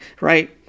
Right